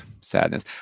sadness